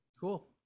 cool